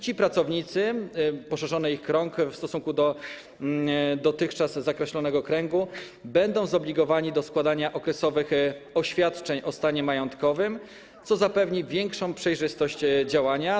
Ci pracownicy, poszerzony ich krąg w stosunku do dotychczas zakreślonego kręgu, będą zobligowani do składania okresowych oświadczeń o stanie majątkowym, co zapewni większą przejrzystość działania.